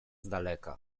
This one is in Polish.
daleka